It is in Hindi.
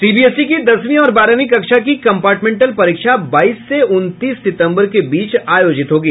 सीबीएसई की दसवीं और बारहवीं कक्षा की कंपार्टमेंटल परीक्षा बाईस से उनतीस सितंबर के बीच आयोजित होगी